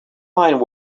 mind